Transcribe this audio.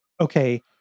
okay